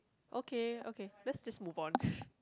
okay okay let's just move on